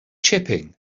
chipping